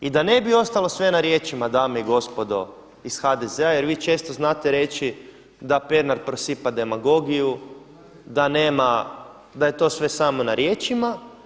I da ne bi ostalo sve na riječima, dame i gospodo, iz HDZ-a jer vi često znate reći da Pernar prosipa demagogiju, da je to sve samo na riječima.